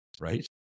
Right